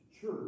Church